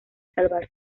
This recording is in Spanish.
salvar